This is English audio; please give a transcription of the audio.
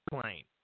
plane